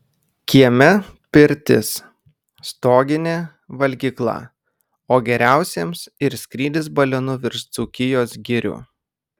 kieme pirtis stoginė valgykla o geriausiems ir skrydis balionu virš dzūkijos girių